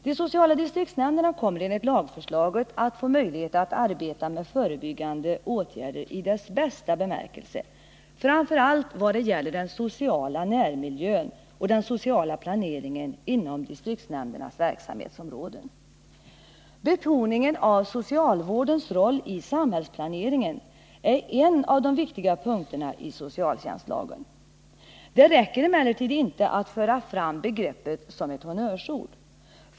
De sociala distriktshnämnderna kommer enligt lagförslaget att få möjlighet att arbeta med förebyggande åtgärder i dessas bästa bemärkelse, framför allt vad gäller den sociala närmiljön och den sociala planeringen inom distriktsnämndernas verksamhetsområden. Betoningen av socialvårdens roll i samhällsplaneringen är en av de viktiga punkterna i socialtjänstlagen. Det räcker emellertid inte att föra fram begreppet som ett honnörsord.